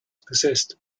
possessed